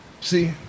See